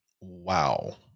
wow